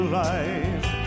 life